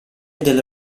del